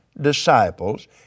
disciples